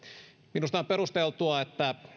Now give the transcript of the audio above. minusta on perusteltua että